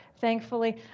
thankfully